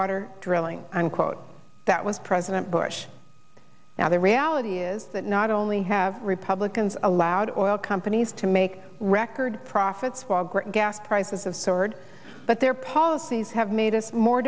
water drilling unquote that was president bush now the reality is that not only have republicans allowed or oil companies to make record profits while great gas prices have soared but their policies have made us more